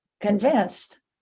convinced